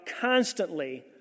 constantly